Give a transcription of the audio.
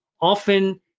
often